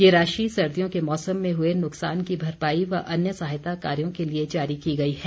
ये राशि सर्दियों के मौसम में हुए नुक्सान की भरपाई व अन्य सहायता कार्यो के लिए जारी की गई है